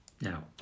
Now